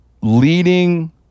leading